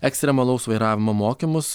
ekstremalaus vairavimo mokymus